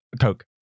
Coke